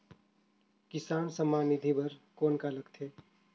किसान सम्मान निधि बर कौन का लगथे?